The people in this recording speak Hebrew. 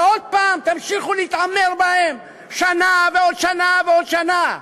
ועוד פעם תמשיכו להתעמר בהם שנה ועוד שנה ועוד שנה.